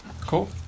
Cool